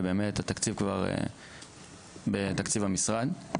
ובאמת התקציב כבר בתקציב המשרד.